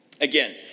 Again